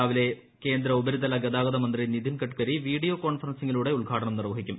രാവിലെ കേന്ദ്ര ഉപരിതല ഗതാഗതമന്ത്രി നിതിൻ ഗഡ്കരി വിഡീയോ കോൺഫറൻസിങ്ങിലൂടെ ഉദ്ഘാടനം നിർവ്വഹിക്കും